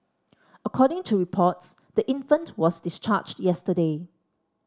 according to reports the infant was discharged yesterday